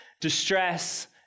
distress